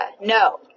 no